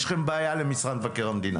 יש לכם בעיה למשרד מבקר המדינה.